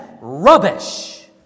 rubbish